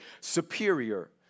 superior